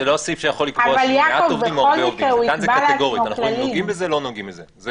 אבל בכל מקרה הוא יקבע לעצמו כללים.